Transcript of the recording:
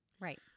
Right